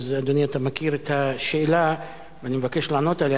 אדוני, אתה מכיר את השאלה, ואני מבקש לענות עליה.